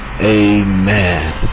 Amen